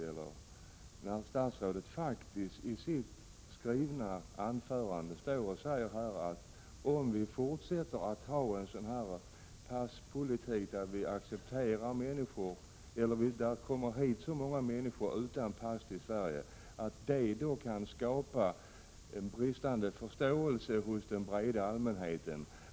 Statsrådet skriver faktiskt i sitt svar, att om vi fortsätter att ha en passpolitik där vi tar hit många människor utan pass, kan det skapa brist på förståelse hos den breda allmänheten.